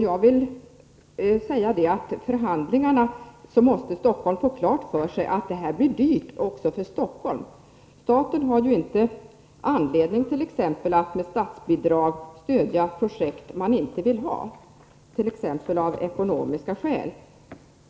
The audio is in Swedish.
Jag vill säga att vid förhandlingarna måste Stockholm få klart för sig att alternativet med Tullinge blir dyrt också för Stockholm. Staten har ju inte anledning att med statsbidrag stödja projekt som man inte vill ha, t.ex. av ekonomiska skäl.